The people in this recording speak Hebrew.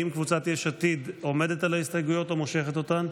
האם קבוצת יש עתיד עומדת על ההסתייגויות או מושכת אותן?